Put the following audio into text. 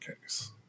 case